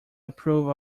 approve